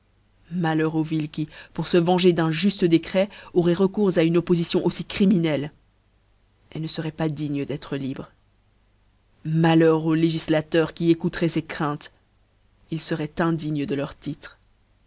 malheur aux villes qui pour fe venger d'un jufte décret auroient recours à une oppofîtion aufli criminelle elles ne feroient pas dignes d'être libres malheur aux législateurs qui écouteroient ces craintes ils feroient indignes de leur titre